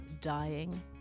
dying